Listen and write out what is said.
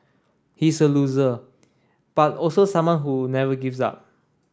he's a loser but also someone who never gives up